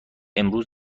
امروز